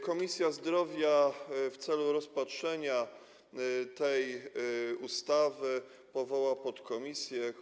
Komisja Zdrowia w celu rozpatrzenia tej ustawy powołała podkomisję.